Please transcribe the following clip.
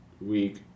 week